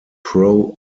pro